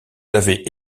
avez